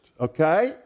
okay